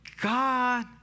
God